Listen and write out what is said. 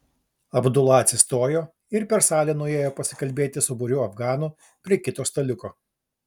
abdula atsistojo ir per salę nuėjo pasikalbėti su būriu afganų prie kito staliuko